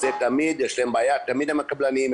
יש להם בעיה תמיד עם הקבלנים,